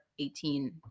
18